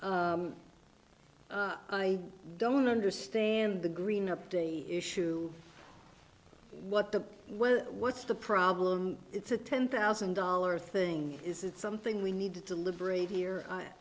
i don't understand the green update issue what the what's the problem it's a ten thousand dollar thing is it something we need to deliberate here i